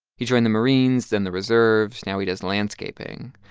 he joined the marines, then the reserves. now he does landscaping.